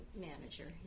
manager